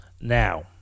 Now